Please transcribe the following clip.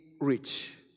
rich